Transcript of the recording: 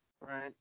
Right